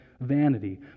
vanity